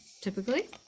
typically